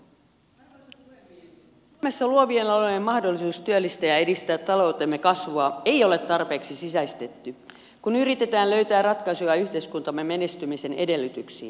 suomessa luovien alojen mahdollisuutta työllistää ja edistää taloutemme kasvua ei ole tarpeeksi sisäistetty kun yritetään löytää ratkaisuja yhteiskuntamme menestymisen edellytyksiin